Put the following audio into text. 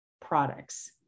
products